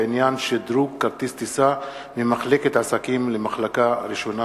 בעניין שדרוג כרטיס טיסה ממחלקת עסקים למחלקה ראשונה.